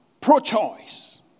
pro-choice